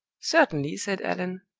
certainly, said allan.